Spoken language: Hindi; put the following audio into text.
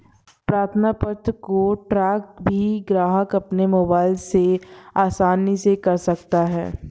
प्रार्थना पत्र को ट्रैक भी ग्राहक अपने मोबाइल से आसानी से कर सकता है